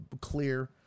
clear